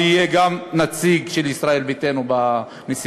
ויהיה גם נציג של ישראל ביתנו בנשיאות.